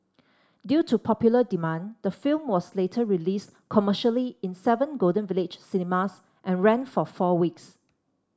due to popular demand the film was later released commercially in seven Golden Village cinemas and ran for four weeks